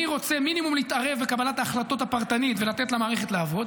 אני רוצה מינימום להתערב בקבלת ההחלטות הפרטנית ולתת למערכת לעבוד.